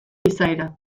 izaera